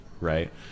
right